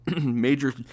major